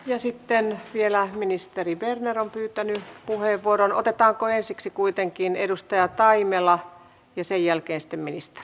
ja sitten vielä ministeri werner on pyytänyt puheenvuoron otetta koeisiksi kuitenkin edustaja taimela ensi tiistaihin